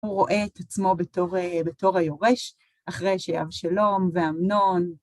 הוא רואה את עצמו בתור היורש, אחרי שאבשלום ואמנון.